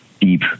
deep